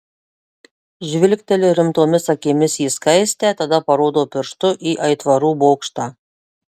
žvilgteli rimtomis akimis į skaistę tada parodo pirštu į aitvarų bokštą